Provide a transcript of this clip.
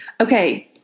Okay